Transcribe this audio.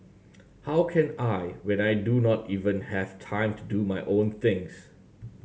how can I when I do not even have time to do my own things